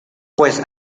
pues